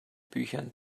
büchern